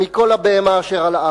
מכל הבהמה אשר על הארץ.